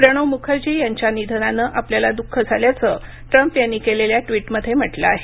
प्रणव मुखर्जी यांच्या निधनानं आपल्याला द्ःख झाल्याचं ट्रम्प यांनी केलेल्या ट्विटमध्ये म्हटलं आहे